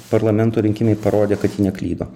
parlamento rinkimai parodė kad ji neklydo